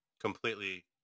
Completely